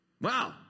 Wow